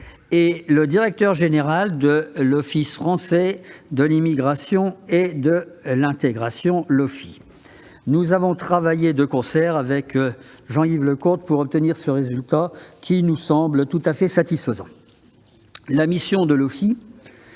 et le directeur général de l'Office français de l'immigration et de l'intégration. Nous avons travaillé de conserve avec Jean-Yves Leconte pour obtenir ce résultat, qui me semble très satisfaisant. La mission de